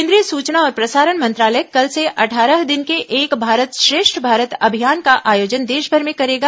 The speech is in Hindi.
केंद्रीय सूचना और प्रसारण मंत्रालय कल से अट्ठारह दिन के एक भारत श्रेष्ठ भारत अभियान का आयोजन देशभर में करेगा